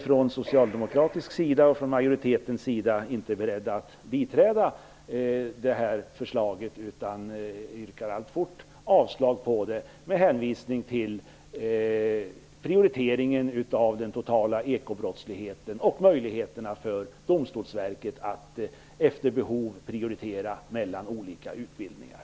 Från socialdemokratisk, och från majoritetens, sida är vi inte beredda att biträda det här förslaget. Jag yrkar alltjämt avslag på det, med hänvisning till prioriteringen av den totala ekobrottsligheten och möjligheterna för Domstolsverket att efter behov göra en prioritering av olika utbildningar.